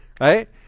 right